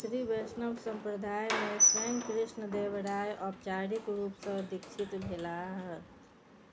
श्री वैष्णव सम्प्रदायमे स्वयं कृष्णदेव राय औपचारिक रूपसँ दीक्षित भेलाह